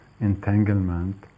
entanglement